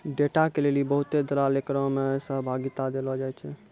data के लेली बहुते दलाल एकरा मे सहभागिता देलो जाय छै